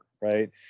right